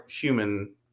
human